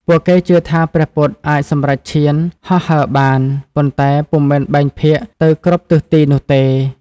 ពួកគេជឿថាព្រះពុទ្ធអាចសម្រេចឈានហោះហើរបាន ប៉ុន្តែពុំមែនបែងភាគទៅគ្រប់ទិសទីនោះទេ។